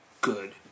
good